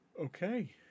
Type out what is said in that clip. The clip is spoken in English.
Okay